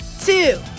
two